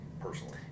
personally